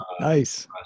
nice